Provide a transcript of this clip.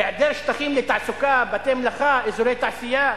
היעדר שטחים לתעסוקה, בתי-מלאכה, אזורי תעשייה.